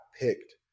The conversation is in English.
picked